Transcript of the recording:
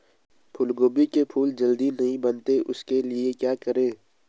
फूलगोभी के फूल जल्दी नहीं बनते उसके लिए क्या करें?